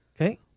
okay